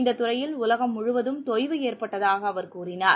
இந்த துறையில் உலகம் முழுவதும் தொய்வு ஏற்பட்டதாக அவர் கூறினார்